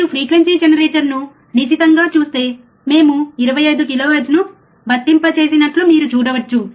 మీరు ఫ్రీక్వెన్సీ జనరేటర్ను నిశితంగా చూస్తే మేము 25 కిలోహెర్ట్జ్ను వర్తింపజేసినట్లు మీరు చూడవచ్చు